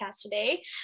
today